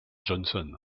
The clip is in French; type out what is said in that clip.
johnson